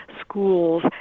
schools